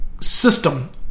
system